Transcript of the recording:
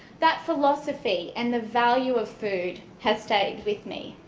that philosophy and the value of food has stayed with me.